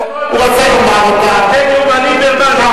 ליברמן,